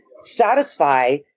satisfy